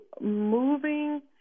moving